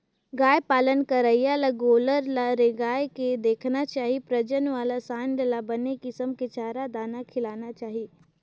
गाय पालन करइया ल गोल्लर ल रेंगाय के देखना चाही प्रजनन वाला सांड ल बने किसम के चारा, दाना खिलाना चाही